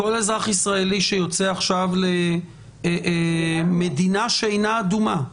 כל אזרח ישראלי שיוצא עכשיו למדינה שאינה אדומה?